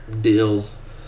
deals